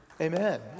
Amen